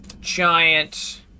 giant